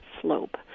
slope